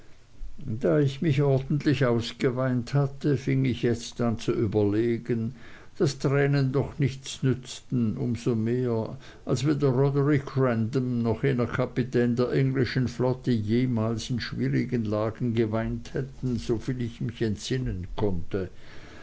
da ich mich ordentlich ausgeweint hatte fing ich jetzt an zu überlegen daß tränen doch nichts nützten um so mehr als weder roderick random noch jener kapitän der englischen flotte jemals in schwierigen lagen geweint hatten soviel ich mich entsinnen konnte